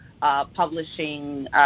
publishing